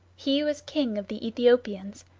he was king of the aethiopians,